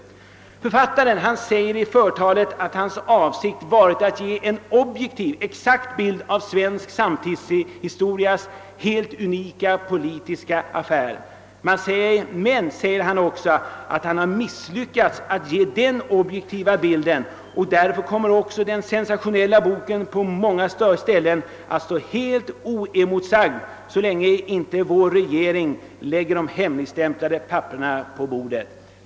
Författaren säger i företalet att hans avsikt varit att ge en helt objektiv och exakt bild av baltutlämningen — en för svensk samtidshistoria helt unik politisk affär. Men han förklarar också att ban misslyckats med att ge en objektiv bild, och därför kommer den sensationella boken att i många avsnitt stå helt oemotsagd så länge inte vår regering lägger de hemligstämplade papperen på bordet.